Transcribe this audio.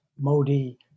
Modi